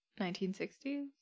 1960s